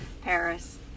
Paris